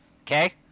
okay